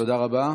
תודה רבה.